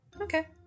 Okay